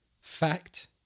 Fact